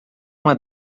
uma